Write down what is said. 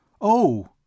Oh